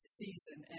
season